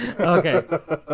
Okay